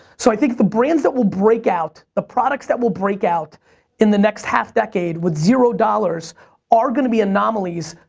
so i think the brands that will break out, the products that will break out in the next half decade with zero dollars are gonna be anomalies,